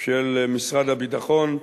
של משרד הביטחון.